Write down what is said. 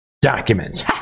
documents